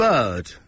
Bird